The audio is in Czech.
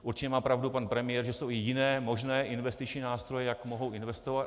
Určitě má pravdu pan premiér, že jsou i jiné možné investiční nástroje, jak mohou investovat.